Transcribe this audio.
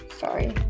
sorry